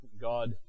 God